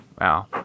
Wow